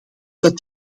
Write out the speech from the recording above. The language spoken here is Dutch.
dat